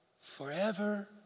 forever